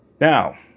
Now